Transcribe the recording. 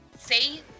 say